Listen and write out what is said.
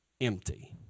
empty